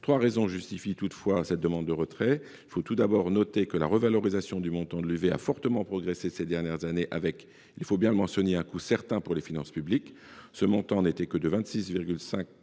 Trois raisons justifient toutefois ces demandes de retrait. Il faut d’abord noter que la revalorisation du montant de l’unité de valeur a fortement progressé au cours des dernières années, avec, il faut bien le mentionner, un coût certain pour les finances publiques. Ce montant n’était que de 26,50